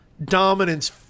Dominance